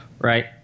right